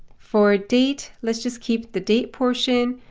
for date, let's just keep the date portion,